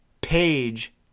page